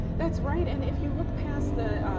that's right and if you look past the,